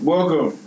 Welcome